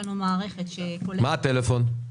מה הטלפון?